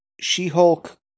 She-Hulk